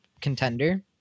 contender